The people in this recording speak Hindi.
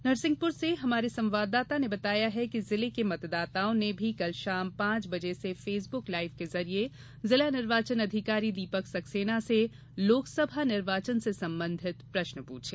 नरसिंहपुर से हमारे संवाददाता ने बताया है कि जिले के मतदाताओं ने भी कल शाम पांच बजे से फेसबुल लाईव के जरिए जिला निर्वाचन अधिकारी दीपक सक्सेना से लोकसभा निर्वाचन से संबंधित प्रश्न प्रछे